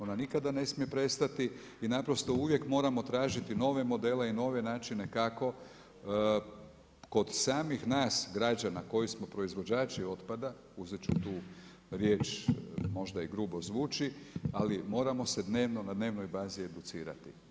Ona nikada ne smije prestati i naprosto uvijek moramo tražiti nove modele i nove načine kako kod samih nas građana koji smo proizvođači otpada, uzet ću tu riječ, možda i grubo zvuči, ali moramo se na dnevnoj bazi educirati.